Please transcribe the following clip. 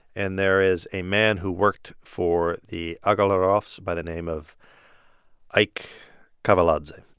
and there is a man who worked for the agalarovs by the name of ike kaveladze.